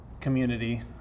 community